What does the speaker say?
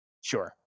Sure